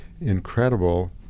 incredible